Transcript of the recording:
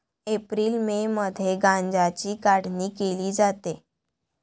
April May मध्ये गांजाची काढणी केली जाते